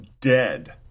dead